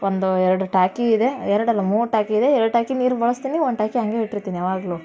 ಒಂದು ಎರಡು ಟ್ಯಾಕಿ ಇದೆ ಎರಡಲ್ಲ ಮೂರು ಟ್ಯಾಕಿ ಇದೆ ಎರಡು ಟ್ಯಾಕಿ ನೀರು ಬಳಸ್ತೀನಿ ಒಂದು ಟ್ಯಾಕಿ ಹಾಗೇ ಇಟ್ಟಿರ್ತೀನಿ ಯಾವಾಗ್ಲೂ